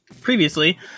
previously